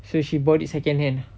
so she bought it second hand